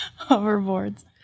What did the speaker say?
Hoverboards